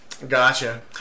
Gotcha